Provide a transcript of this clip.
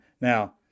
Now